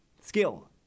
skill